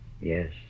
Yes